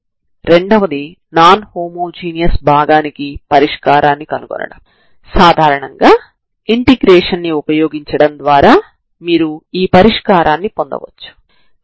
Bessel's సమీకరణం యొక్క పరిష్కారాలను ఉపయోగించి అన్ని సమయాలలో డ్రం కంపనం యొక్క పరిష్కారాన్ని కనుగొనవచ్చు సరేనా